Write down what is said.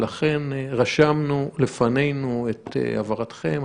לכן, רשמנו לפנינו את הבהרתכם.